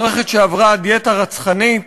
מערכת שעברה דיאטה רצחנית,